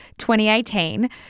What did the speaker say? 2018